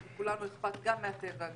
לכולנו אכפת גם מהטבע,